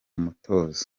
mutuzo